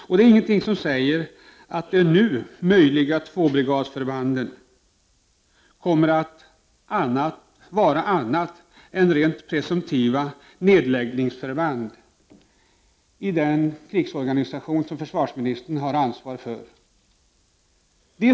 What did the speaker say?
Det finns inget som säger att de nya tvåbrigadsförbanden inte kommer att bli annat än presumtiva nedläggningsförband i den krigsorganisation som försvarsministern har ansvar för.